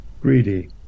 greedy